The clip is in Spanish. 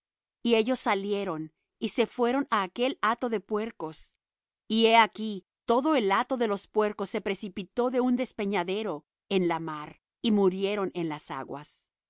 y ellos salieron y se fueron á aquel hato de puercos y he aquí todo el hato de los puercos se precipitó de un despeñadero en la mar y murieron en las aguas